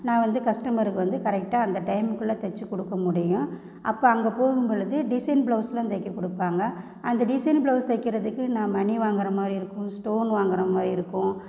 நான் வந்து கஸ்டமருக்கு வந்து கரெக்டாக அந்த டைம்குள்ளே தச்சு கொடுக்கமுடியும் அப்போ அங்கே போகும்பொழுது டிசைன் ப்ளவுஸ்லாம் தைக்க கொடுப்பாங்க அந்த டிசைன் ப்ளவுஸ் தைக்கிறதுக்கு நான் மணி வாங்கறமாதிரி இருக்கும் ஸ்டோன் வாங்கறமாதிரி இருக்கும்